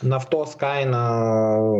naftos kaina